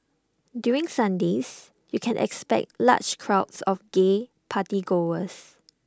during Sundays you can expect large crowds of gay party goers